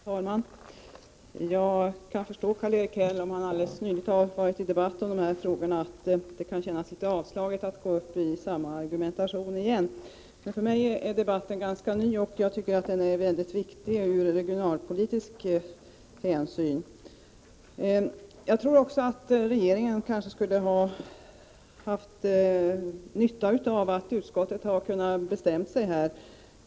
Herr talman! Jag kan förstå att det för Karl-Erik Häll, om han alldeles nyligen har fört en debatt om dessa frågor, kan kännas litet avslaget att gå upp i talarstolen och framföra samma argument igen. Men för mig är debatten ganska ny, och jag tycker att den är mycket viktig ur regionalpolitisk synvinkel. Jag tror att regeringen skulle ha haft nytta av om utskottet hade kunnat bestämma sig.